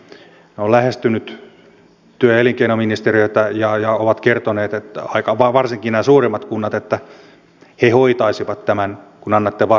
ne ovat lähestyneet työ ja elinkeinoministeriötä ja ovat kertoneet varsinkin nämä suurimmat kunnat että he hoitaisivat tämän kun annatte vaan resurssit